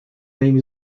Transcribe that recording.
name